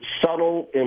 subtle